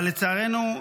אבל לצערנו,